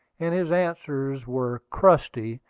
and his answers were crusty,